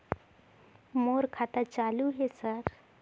मोर खाता चालु हे सर?